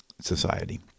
society